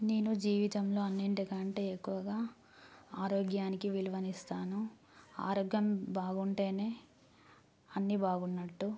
నేను జీవితంలో అన్నింటి కంటే ఎక్కువగా ఆరోగ్యానికి విలువను ఇస్తాను ఆరోగ్యం బాగుంటే అన్నీ బాగున్నట్టు